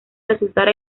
resultar